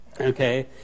okay